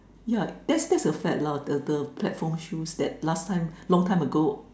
yeah that's that's a fact lah the the platform shoes that last time long time ago